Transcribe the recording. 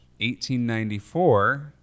1894